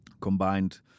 combined